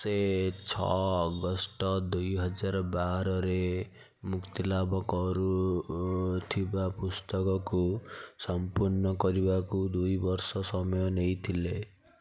ସେ ଛଅ ଅଗଷ୍ଟ ଦୁଇହଜାର ବାରରେ ମୁକ୍ତିଲାଭ କରୁ ଥିବା ପୁସ୍ତକକୁ ସମ୍ପୂର୍ଣ୍ଣ କରିବାକୁ ଦୁଇ ବର୍ଷ ସମୟ ନେଇଥିଲେ